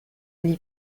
gli